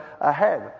ahead